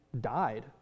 died